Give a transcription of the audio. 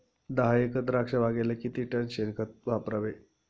दहा एकर द्राक्षबागेला किती टन शेणखत वापरावे?